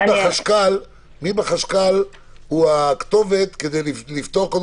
מי בחשכ"ל הוא הכתובת כדי לפתור קודם